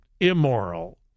immoral